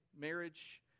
marriage